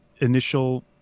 initial